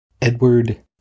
Edward